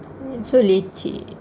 it's so leceh